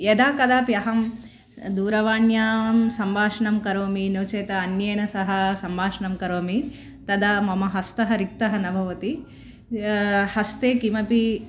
यदा कदापि अहं दूरवाण्यां सम्भाषणं करोमि नोचेत् अन्येन सह सम्भाषणं करोमि तदा मम हस्तः रिक्तः न भवति हस्ते किमपि